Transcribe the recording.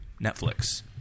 Netflix